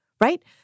right